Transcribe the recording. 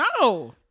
No